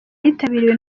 yitabiriwe